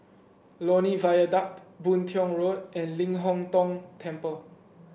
Lornie Viaduct Boon Tiong Road and Ling Hong Tong Temple